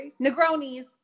Negronis